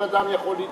כל אדם יכול להתנגד.